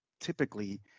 typically